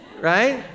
right